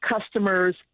customers